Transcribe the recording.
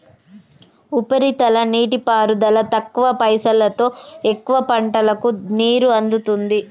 ఉపరితల నీటిపారుదల తక్కువ పైసలోతో ఎక్కువ పంటలకు నీరు అందుతుంది